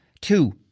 two